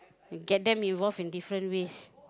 if get them involved in different ways